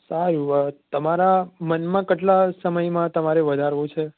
સારું તમારા મનમાં કેટલાં સમયમાં તમારે વધારવું છે